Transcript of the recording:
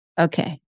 Okay